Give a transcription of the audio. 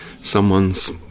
someone's